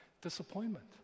Disappointment